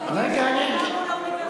יש ירידה מול האוניברסיטאות,